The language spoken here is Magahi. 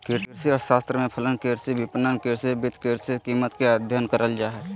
कृषि अर्थशास्त्र में फलन, कृषि विपणन, कृषि वित्त, कृषि कीमत के अधययन करल जा हइ